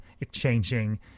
exchanging